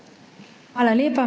Hvala lepa.